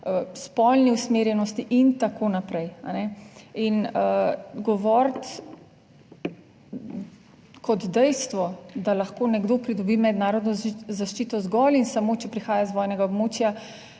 spolni usmerjenosti in tako naprej. In govoriti kot dejstvo, da lahko nekdo pridobi mednarodno zaščito zgolj in samo, če prihaja iz vojnega območja,